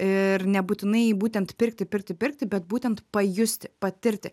ir nebūtinai būtent pirkti pirkti pirkti bet būtent pajusti patirti